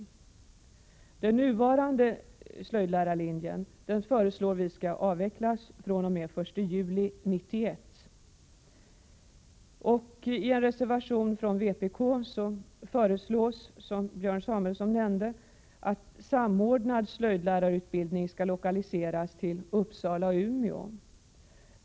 Vi föreslår att den nuvarande slöjdlärarlinjen skall avvecklas fr.o.m. den 1 juli 1991. I en reservation från vpk föreslås, som Björn Samuelson nämnde, att samordnad slöjdlärarutbildning skall lokaliseras till Uppsala och Umeå.